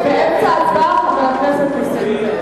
אנחנו באמצע ההצבעה, חבר הכנסת נסים זאב.